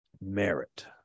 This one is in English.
merit